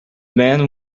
man